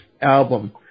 album